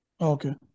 okay